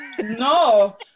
No